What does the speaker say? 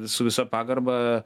su visa pagarba